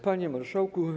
Panie Marszałku!